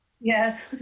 Yes